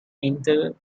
painted